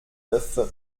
neuf